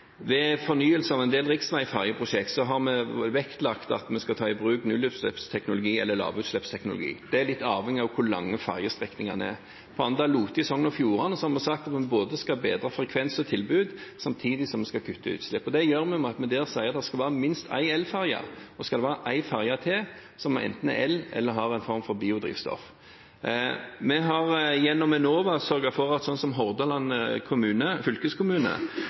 Ved fornyelse av en del riksveiferjeprosjekt har vi vektlagt at vi skal ta i bruk nullutslippsteknologi eller lavutslippsteknologi. Det er litt avhengig av hvor lange ferjestrekningene er. På Anda–Lote i Sogn og Fjordane har vi sagt at vi både skal bedre frekvens og tilbud, samtidig som vi skal kutte utslipp. Det gjør vi ved at vi der sier det skal være minst én elferje. Og så skal det være en ferje til, enten en elferje eller en som har en form for biodrivstoff. Vi har gjennom Enova sørget for at f.eks. Hordaland fylkeskommune